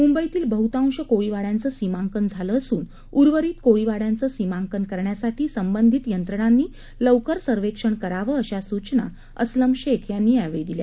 मुंबईतील बहुतांश कोळीवाड्यांचं सीमांकन झालं असून उर्वरित कोळीवाड्यांचं सीमांकन करण्यासाठी संबंधीत यंत्रणांनी लवकर सर्वेक्षण करावं अशा सूचना असलं शेख यांनी दिल्या